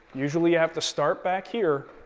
usually you have to start back here,